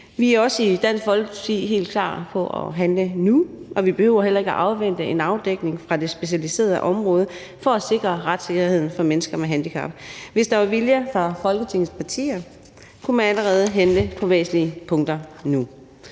Vi er i Dansk Folkeparti også helt klar på at handle nu, og vi behøver heller ikke at afvente en afdækning af det specialiserede område for at sikre retssikkerheden for mennesker med handicap. Hvis der var en vilje fra Folketingets partier, kunne man allerede nu handle på væsentlige punkter.